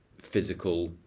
physical